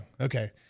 Okay